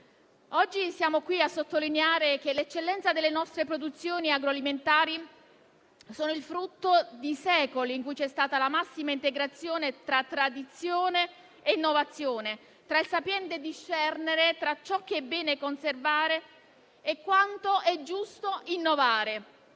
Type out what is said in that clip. oggi siamo qui a sottolineare che le eccellenze delle nostre produzioni agroalimentari sono il frutto di secoli in cui c'è stata la massima integrazione tra tradizione e innovazione, tra il sapiente discernere tra ciò che è bene conservare e quanto è giusto innovare.